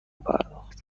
پرداخت